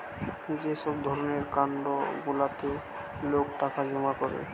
যে সব ধরণের ফান্ড গুলাতে লোক টাকা জমা করে